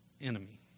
enemy